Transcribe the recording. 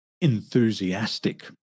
enthusiastic